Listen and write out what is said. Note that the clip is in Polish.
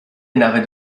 nawet